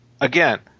Again